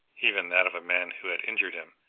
even that of a man who had injured him,